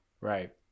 Right